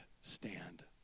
stand